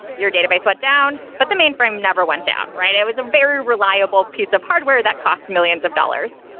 your database went down. but the mainframe never went down, right? it was a very reliable piece of hardware that costs millions of dollars.